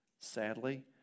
sadly